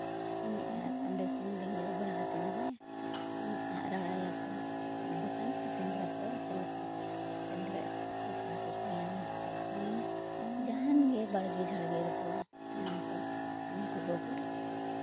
ᱮᱱᱮᱡᱼᱟ ᱚᱸᱰᱮ ᱠᱷᱚᱱ ᱵᱷᱤᱝᱲᱟᱹᱣ ᱵᱟᱲᱟ ᱠᱟᱛᱮᱫ ᱜᱮ ᱟᱜ ᱨᱟᱲᱟᱭᱟᱠᱚ ᱵᱟᱠᱷᱟᱱ ᱥᱮᱸᱫᱽᱨᱟ ᱠᱚ ᱪᱟᱞᱟᱜᱼᱟ ᱥᱮᱸᱫᱽᱨᱟ ᱠᱟᱸᱠᱲᱟ ᱠᱚᱠᱚ ᱧᱟᱢ ᱠᱚ ᱠᱷᱟᱱ ᱡᱟᱦᱟᱱ ᱜᱮ ᱵᱟᱲᱜᱮ ᱡᱷᱟᱲᱜᱮ ᱨᱮᱠᱚ ᱧᱟᱢ ᱠᱚᱣᱟ ᱩᱱᱠᱩ ᱠᱚᱠᱚ